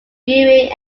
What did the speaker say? viewing